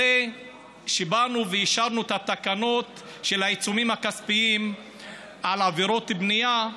הרי כשבאנו ואישרנו את התקנות של העיצומים הכספיים על עבירות בנייה,